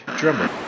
drummer